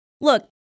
Look